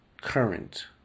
Current